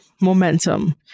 momentum